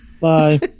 Bye